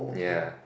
ya